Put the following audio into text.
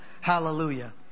Hallelujah